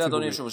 אדוני היושב-ראש,